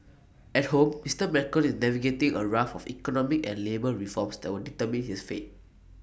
at home Mister Macron is navigating A raft of economic and labour reforms that will determine his fate